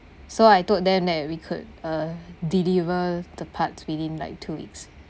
so I told them that we could uh deliver the parts within like two weeks